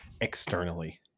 externally